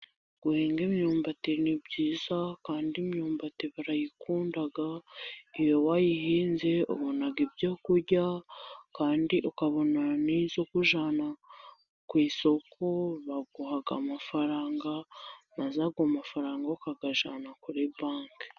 Guhinga imyumbati ni byiza, kandi imyumbati barayikunda, iyo wayihinze ubona ibyo kurya, kandi ukabona n'iyo kujyana ku isoko, baguha amafaranga, bazaguha amafaranga, ukayajyana kuri banki.